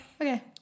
Okay